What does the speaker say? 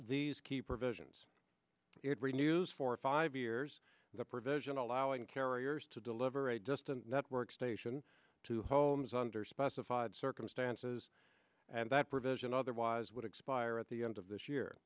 these key provisions it renews for five years the provision allowing carriers to deliver a distant network station to homes under specified circumstances and that provision otherwise would expire at the end of this year